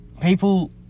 people